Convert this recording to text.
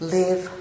live